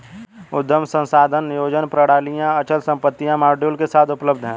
उद्यम संसाधन नियोजन प्रणालियाँ अचल संपत्ति मॉड्यूल के साथ उपलब्ध हैं